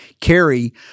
Carrie